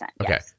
Okay